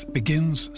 begins